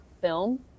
film